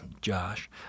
Josh